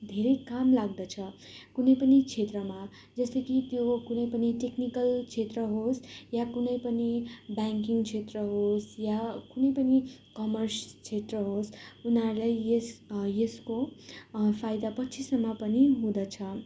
धेरै काम लाग्दछ कुनै पनि क्षेत्रमा जस्तै कि त्यो कुनै पनि टेक्निकल क्षेत्र होस् या कुनै पनि ब्याङ्किङ क्षेत्र होस् या कुनै पनि कमर्स क्षेत्र होस् उनीहरूलाई यस यसको फाइदा पछिसम्म पनि हुँदछ